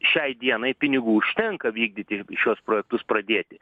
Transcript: šiai dienai pinigų užtenka vykdyti i šiuos projektus pradėti